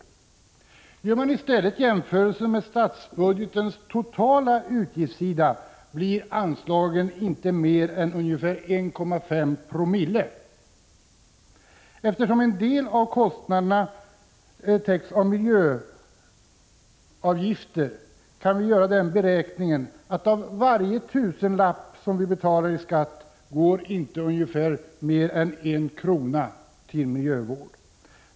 Jämför man i stället med statsbudgetens totala utgiftssida blir anslagen inte mer än ungefär 1,5 Jo. Eftersom en del av kostnaderna täcks av miljöavgifter, kan vi göra den beräkningen att av varje tusenlapp som vi betalar i skatt går inte mer än ungefär en krona till miljövård.